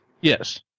Yes